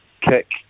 kick